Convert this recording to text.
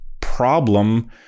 problem